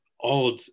odd